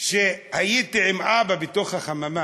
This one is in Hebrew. שהייתי עם אבא בתוך החממה,